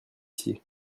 ici